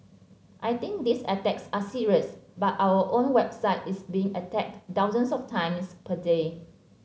I think these attacks are serious but our own website is being attacked thousands of times per day